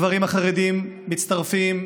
הגברים החרדים מצטרפים,